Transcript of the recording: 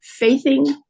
faithing